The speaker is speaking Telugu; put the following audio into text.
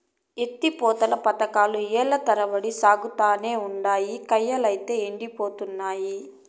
ఎత్తి పోతల పదకాలు ఏల్ల తరబడి సాగతానే ఉండాయి, కయ్యలైతే యెండిపోతున్నయి